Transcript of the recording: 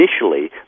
Initially